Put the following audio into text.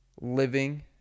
living